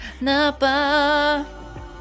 Napa